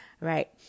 right